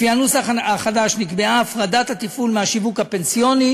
לפי הנוסח החדש נקבעה הפרדת התפעול מהשיווק הפנסיוני